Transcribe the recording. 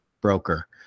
broker